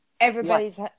everybody's